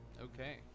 Okay